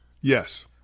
Yes